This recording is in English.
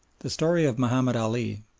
the story of mahomed ali,